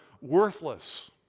worthless